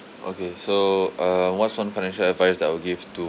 okay so uh what's one financial advice that I'll give to